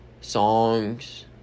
songs